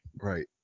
Right